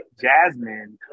Jasmine